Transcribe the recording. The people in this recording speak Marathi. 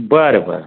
बरं बरं